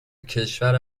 کشور